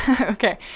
Okay